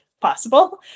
possible